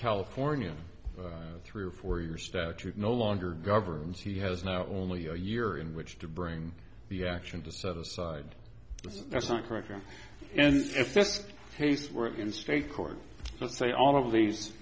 california three or four years statute no longer governs he has now only a year in which to bring the action to set aside that's not correct and if fiske case were in state court let's say all of these